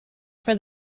for